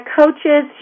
coaches